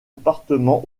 appartement